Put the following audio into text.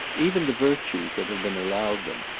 even the virtues that have been allowed them,